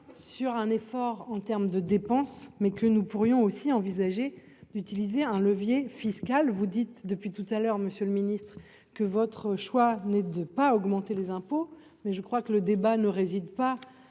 sur un effort en terme de dépenses, mais que nous pourrions aussi envisager d'utiliser un levier fiscal vous dites depuis tout à l'heure, Monsieur le Ministre, que votre choix n'aide pas augmenter les impôts, mais je crois que le débat ne réside pas